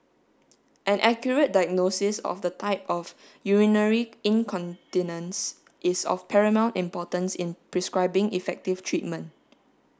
an accurate diagnosis of the type of urinary incontinence is of paramount importance in prescribing effective treatment